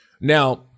Now